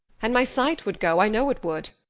and my sight would go i know it would.